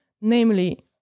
Namely